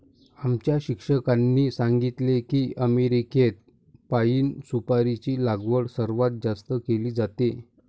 आमच्या शिक्षकांनी सांगितले की अमेरिकेत पाइन सुपारीची लागवड सर्वात जास्त केली जाते